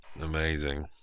Amazing